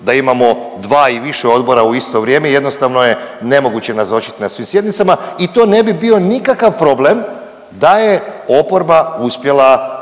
da imamo 2 i više odbora u isto vrijeme i jednostavno je nemoguće nazočiti na svim sjednicama i to ne bi bio nikakav problem da je oporba uspjela